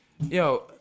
yo